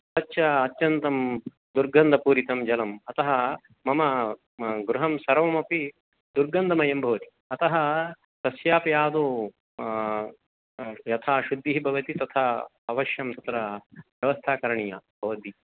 तच्च अत्यन्तं दुर्गन्धपूरितं जलम् अतः मम गृहं सर्वमपि दुर्गन्धमयं भवति अतः तस्यापि आदौ यथा शुद्धिः भवति तथा अवश्यं तत्र व्यवस्था करणीया भवद्भिः